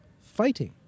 fighting